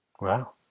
Wow